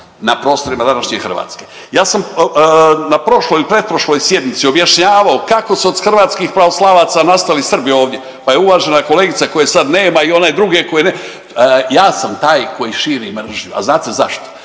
na prostorima današnje Hrvatske. Ja sam na prošloj ili pretprošloj sjednici objašnjavao kako su od hrvatskih pravoslavaca nastali Srbi ovdje pa je uvažena kolegica koje sad nema i one druge koje ne, ja sam taj koji širi mržnju. A znate zašto?